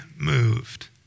moved